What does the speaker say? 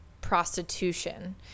prostitution